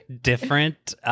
Different